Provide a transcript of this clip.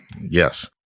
Yes